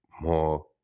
more